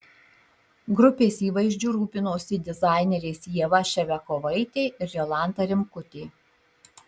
grupės įvaizdžiu rūpinosi dizainerės ieva ševiakovaitė ir jolanta rimkutė